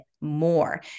more